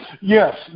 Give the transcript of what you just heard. Yes